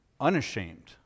unashamed